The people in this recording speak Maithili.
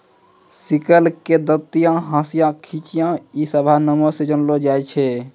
सिकल के दंतिया, हंसिया, कचिया इ सभ नामो से जानलो जाय छै